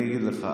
אני אגיד לך,